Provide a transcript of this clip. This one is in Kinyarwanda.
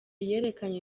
yerekanye